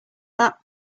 that